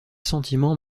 sentiments